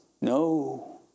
No